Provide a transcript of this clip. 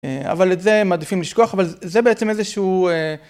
אבל את זה מעדיפים לשכוח, אבל זה בעצם איזשהו...